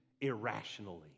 irrationally